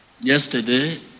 Yesterday